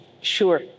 Sure